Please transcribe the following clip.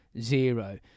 zero